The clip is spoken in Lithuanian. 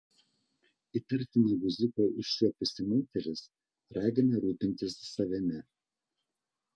įtartiną guziuką užčiuopusi moteris ragina rūpintis savimi